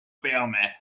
peame